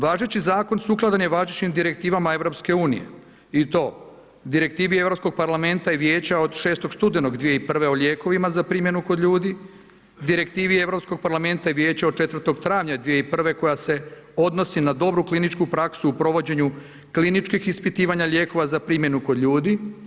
Važeći zakon sukladan je važećim direktivama EU-a i to Direktivi Europskog parlamenta i vijeća od 6. studenog 2001. o lijekovima za primjenu kod ljudi, Direktivi Europskog parlamenta i Vijeća od 4. travnja 2001. koja se odnosi na dobru kliničku praksu u provođenju kliničkih ispitivanja lijekova za primjenu kod ljudi.